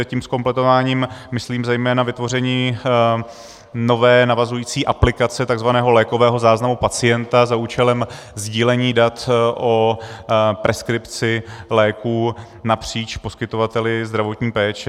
Tím zkompletováním myslím zejména vytvoření nové navazující aplikace tzv. lékového záznamu pacienta za účelem sdílení dat o preskripci léků napříč poskytovateli zdravotní péče.